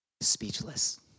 Speechless